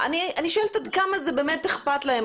אני שואלת עד כמה זה באמת אכפת להם,